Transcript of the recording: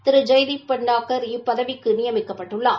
திரு ஜெய்தீப் பட்நாக் இப்பதவிக்கு நியமிக்கப்பட்டுள்ளார்